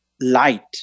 light